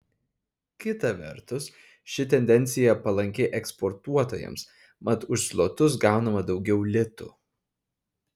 kita vertus ši tendencija palanki eksportuotojams mat už zlotus gaunama daugiau litų